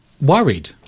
worried